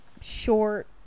short